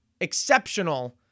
exceptional